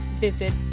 visit